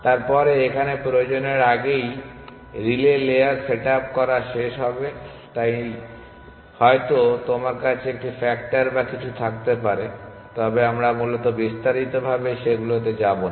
তারপরে এখানে প্রয়োজনের আগেই রিলে লেয়ার সেট আপ করা শেষ হবে তাই হয়তো তোমার কাছে একটি ফ্যাক্টর বা কিছু থাকতে পারে তবে আমরা মূলত বিস্তারিত ভাবে সেগুলোতে যাবো না